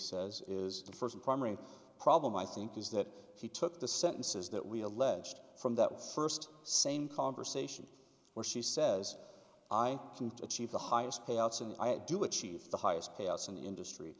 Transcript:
says is the first primary problem i think is that he took the sentences that we alleged from that first same conversation where she says i can achieve the highest payouts and i do achieve the highest chaos in the industry